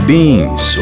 Beans